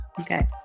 Okay